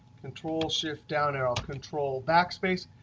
control-shift-down arrow, control-backspace,